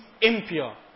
impure